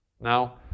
Now